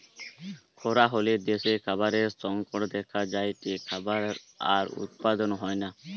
খরা হলে দ্যাশে খাবারের সংকট দেখা যায়টে, খাবার আর উৎপাদন হয়না